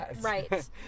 Right